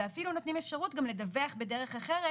ואפילו נותנים אפשרות גם לדווח בדרך אחרת,